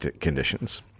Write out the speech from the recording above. conditions